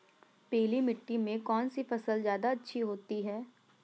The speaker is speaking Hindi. पीली मिट्टी में कौन सी फसल ज्यादा अच्छी होती है?